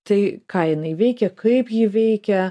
tai ką jinai veikia kaip ji veikia